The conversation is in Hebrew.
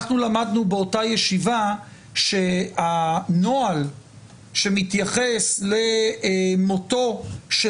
אנחנו למדנו באותה ישיבה שהנוהל שמתייחס למותו של